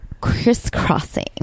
Crisscrossing